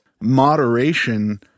Moderation